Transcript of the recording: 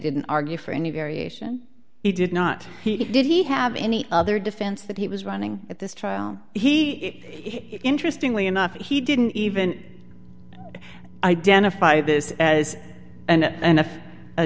didn't argue for any variation he did not he did he have any other defense that he was running at this trial he interesting way enough he didn't even identify this as a